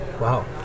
Wow